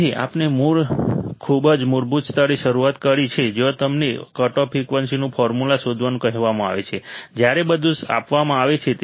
તેથી આપણે ખૂબ જ મૂળભૂત સ્તરે શરૂઆત કરી છે જ્યાં તમને કટઓફ ફ્રિકવન્સીનું ફોર્મ્યુલા શોધવાનું કહેવામાં આવે છે જ્યારે બધું આપવામાં આવે છે